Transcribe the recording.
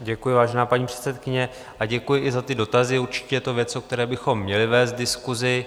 Děkuji, vážená paní předsedající, a děkuji i za ty dotazy, určitě je to věc, o které bychom měli vést diskusi.